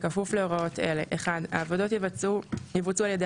בכפוף להוראות אלה: העבודות יבוצעו על ידי